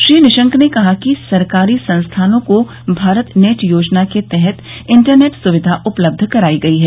श्री निशंक ने कहा कि सरकारी संस्थानों को भारत नेट योजना के तहत इंटरनेट सुविधा उपलब्ध कराई गई है